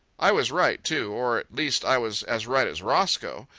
i was right too, or at least i was as right as roscoe,